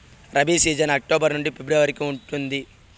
rabi season October నుండి February వరకు ఉంటుంది